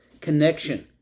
connection